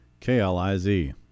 KLIZ